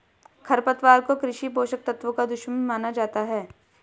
खरपतवार को कृषि पोषक तत्वों का दुश्मन माना जाता है